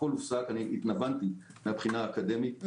הכול הופסק ואני התנוונתי מבחינה אקדמית.